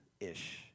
ish